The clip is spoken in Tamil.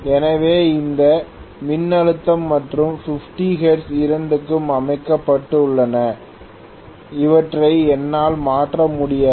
எனவே இந்த மின்னழுத்தம் மற்றும் 50 ஹெர்ட்ஸ் இரண்டும் அமைக்கப்பட்டுள்ளன அவற்றை என்னால் மாற்ற முடியாது